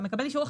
אתה מקבל אישור,